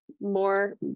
more